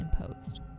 imposed